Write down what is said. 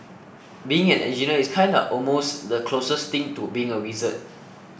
being an engineer is kinda almost the closest thing to being a wizard